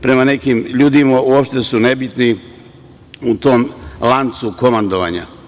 prema nekim ljudima uopšte su nebitni u tom lancu komandovanja.